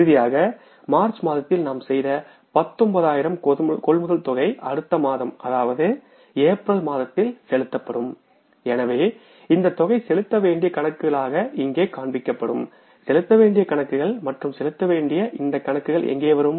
இறுதியாக மார்ச் மாதத்தில் நாம் செய்த 19000 கொள்முதல் தொகை அடுத்த மாதம் அதாவது ஏப்ரல் மாதத்தில் செலுத்தப்படும்எனவே இந்த தொகை செலுத்த வேண்டிய கணக்குகளாக இங்கே காண்பிக்கப்படும்செலுத்த வேண்டிய கணக்குகள் மற்றும் செலுத்த வேண்டிய இந்த கணக்குகள் எங்கே வரும்